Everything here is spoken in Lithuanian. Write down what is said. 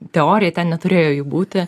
teoriją ten neturėjo jų būti